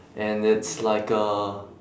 and it's like a